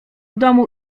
domu